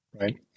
right